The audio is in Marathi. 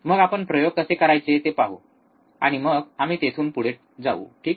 मग आपण प्रयोग कसे करायचे ते पाहू आणि मग आम्ही तिथून पुढे जाऊ ठीक